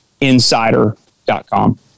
insider.com